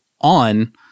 on